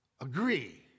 agree